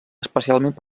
especialment